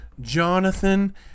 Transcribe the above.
Jonathan